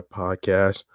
podcast